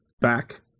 back